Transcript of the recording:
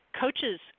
Coaches